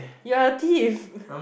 yeah thief